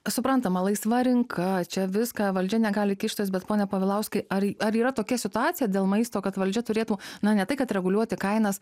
suprantama laisva rinka čia viską valdžia negali kištis bet pone povilauskai ar ar yra tokia situacija dėl maisto kad valdžia turėtų na ne tai kad reguliuoti kainas